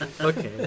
Okay